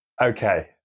okay